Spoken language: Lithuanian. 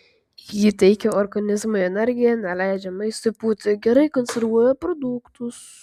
ji teikia organizmui energiją neleidžia maistui pūti gerai konservuoja produktus